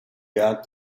got